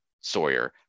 Sawyer